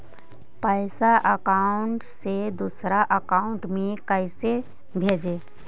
पैसा अकाउंट से दूसरा अकाउंट में कैसे भेजे?